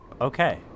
Okay